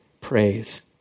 praise